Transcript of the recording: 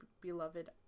beloved